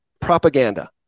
propaganda